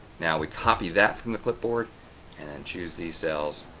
now we copy that from the clipboard and and choose these cells.